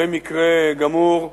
במקרה גמור,